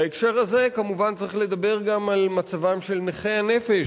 בהקשר הזה כמובן צריך לדבר גם על מצבם של נכי הנפש